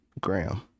graham